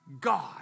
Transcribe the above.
God